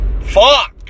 fuck